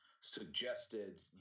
suggested